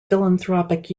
philanthropic